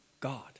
God